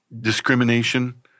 discrimination